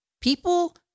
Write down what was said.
People